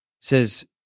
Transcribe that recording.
says